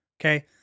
Okay